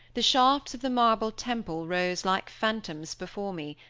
the shafts of the marble temple rose like phantoms before me,